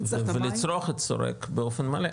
ולצרוך את שורק באופן מלא.